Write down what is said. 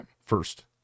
First